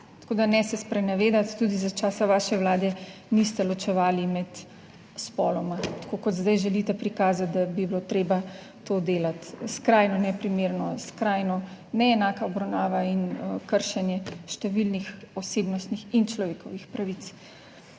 Tako da ne se sprenevedati, tudi za časa vaše Vlade niste ločevali med spoloma tako kot zdaj želite prikazati, da bi bilo treba to delati - skrajno neprimerno, skrajno neenaka obravnava in kršenje številnih osebnostnih in človekovih pravic.